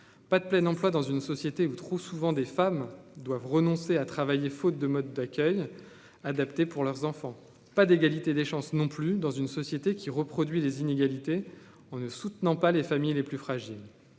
pas de plein emploi dans une société où trop souvent des femmes doivent renoncer à travailler faute de modes d'accueil adaptés pour leurs enfants, pas d'égalité des chances non plus dans une société qui reproduit les inégalités en ne soutenant pas les familles les plus fragiles,